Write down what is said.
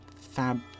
Fab